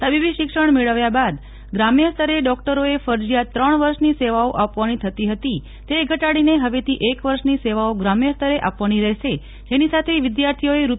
તબીબી શિક્ષણ મેળવ્યા બાદ ગ્રામ્ય સ્તરે ડોક્ટરોએ ફરજીયાત ત્રણ વર્ષની સેવાઓ આપવાની થતી હતી તે ઘટાડીને હવેથી એક વર્ષની સેવાઓ ગ્રામ્ય સ્તરે આપવાની રહેશે જેની સાથે વિદ્યાર્થીઓએ રૂ